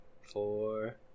four